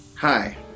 Hi